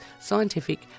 scientific